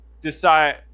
decide